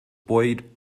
buoyed